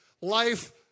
Life